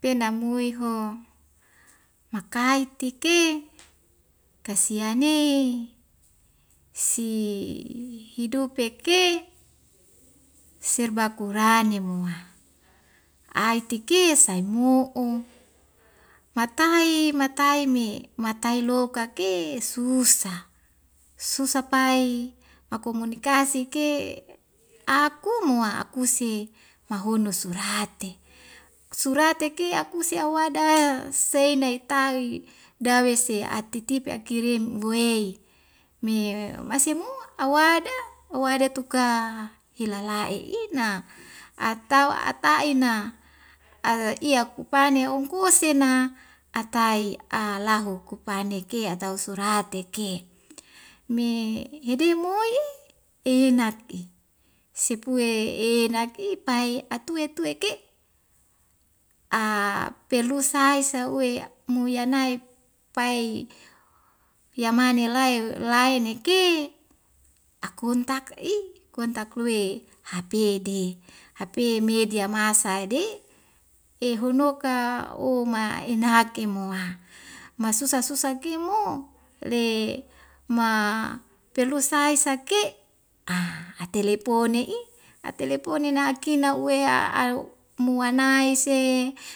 Pena mui ho makaitike kasiane si hiduoe ke serba kurane moa aitike saimu'u matai matai me matai loka ke susa susa pai makomonikasi ke akumua akusi mahono surate surate ki akuse awadas sei naitai dawese atitip ye akirim wei me masemoa awada awada tuka hela i'ina atau ata ina a iyakupane ongkusina atai alahu kupaneke atau surateke me yedi moi enaki sepue enaki pai atue tue ke' a perlu sai sauwe muya nai pai yamane lae lae neke akuntak'i kuntak lue hapede hape media masa de e honoka o ma enhake mo a masusa susa kimu le ma perlu sai sake a atelepone'i atelepon nena ki na'uwea au muanae se